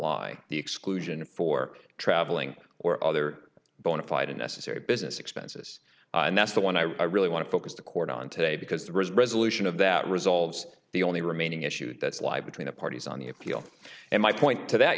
lie the exclusion for traveling or other bona fide unnecessary business expenses and that's the one i really want to focus the court on today because the resolution of that resolves the only remaining issue that's live between the parties on the appeal and my point to that